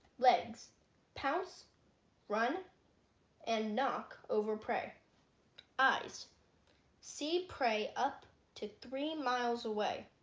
legs pounce run and knock over prey eyes see prey up to three miles away